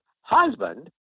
Husband